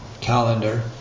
calendar